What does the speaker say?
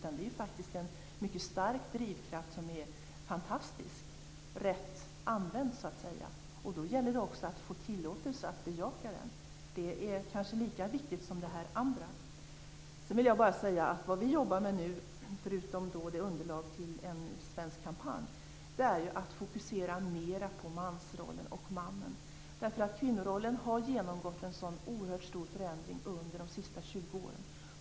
Det är faktiskt en mycket stark drivkraft som är fantastisk, rätt använd så att säga. Och då gäller det också att få tillåtelse att bejaka den. Det är kanske lika viktigt som det andra. Sedan vill jag bara säga att vi jobbar nu, förutom med ett underlag till en svensk kampanj, också med att fokusera mera på mansrollen och mannen. Kvinnorollen har genomgått en oerhört stor förändring under de senaste 20 åren.